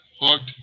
hooked